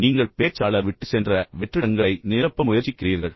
பின்னர் நீங்கள் பேச்சாளர் விட்டுச் சென்ற வெற்றிடங்களை நிரப்ப முயற்சிக்கிறீர்கள்